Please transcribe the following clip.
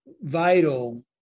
vital